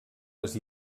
les